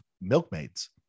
milkmaids